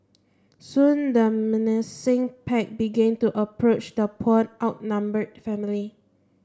soon the menacing pack began to approach the poor outnumbered family